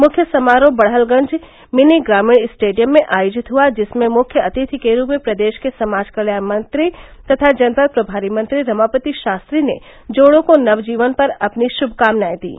मुख्य समारोह बड़हलगंज मिनी ग्रामीण स्टेडियम में आयोजित हुआ जिसमें मुख्य अतिथि के रूप में प्रदेश के समाज कल्याण मंत्री तथा जनपद प्रभारी मंत्री रमापति शास्त्री ने जोड़ों को नवजीवन पर अपनी श्भकामनाएं दीं